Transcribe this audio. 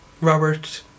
Robert